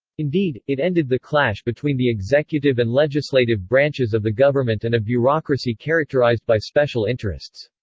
indeed, it ended the clash between the executive and legislative branches of the government and a bureaucracy characterized by special interests.